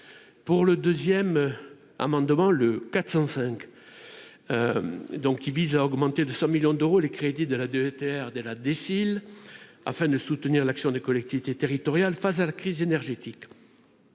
le quatre cent cinq donc, qui vise à augmenter de 100 millions d'euros, les crédits de la DETR dès la déciles afin de soutenir l'action des collectivités territoriales face à la crise énergétique.